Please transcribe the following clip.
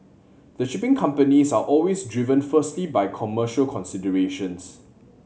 the shipping companies are always driven firstly by commercial considerations